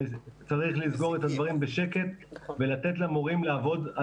צריך לסגור את הדברים בשקט ולתת למורים לעבוד על